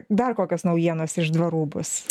dar kokios naujienos iš dvarų bus